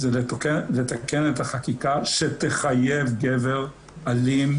זה לתקן את החקיקה שתחייב גבר אלים,